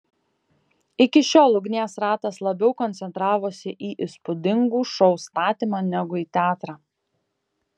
iki šiol ugnies ratas labiau koncentravosi į įspūdingų šou statymą negu į teatrą